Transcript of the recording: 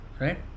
Right